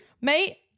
Mate